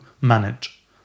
manage